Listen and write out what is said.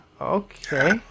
Okay